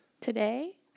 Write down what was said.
Today